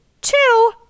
two